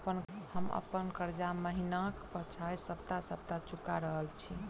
हम अप्पन कर्जा महिनाक बजाय सप्ताह सप्ताह चुका रहल छि